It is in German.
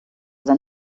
sein